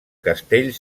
castell